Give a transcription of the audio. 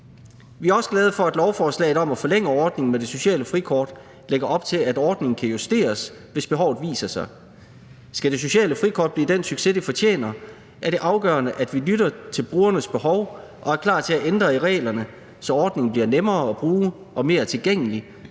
Vi er også glade for, at lovforslaget om at forlænge ordningen med det sociale frikort lægger op til, at ordningen kan justeres, hvis behovet for det viser sig. Skal det sociale frikort blive den succes, det fortjener, er det afgørende, at vi lytter til brugernes behov og er klar til at ændre i reglerne, så ordningen bliver nemmere at bruge og mere tilgængelig,